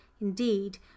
indeed